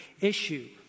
issue